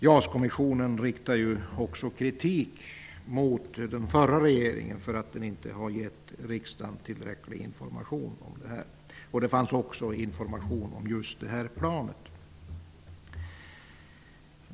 JAS-kommissionen riktar också kritik mot den förra regeringen för att den inte gav riksdagen tillräcklig information om detta. Det fanns information om just det här planet.